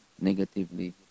negatively